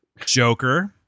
Joker